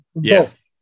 Yes